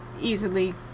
easily